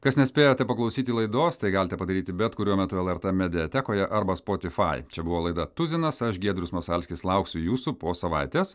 kas nespėjote paklausyti laidos tai galite padaryti bet kuriuo metu lrt mediatekoje arba spotifai čia buvo laida tuzinas aš giedrius masalskis lauksiu jūsų po savaitės